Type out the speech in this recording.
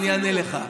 חסינות, אני אענה לך.